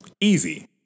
Easy